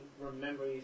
remember